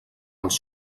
els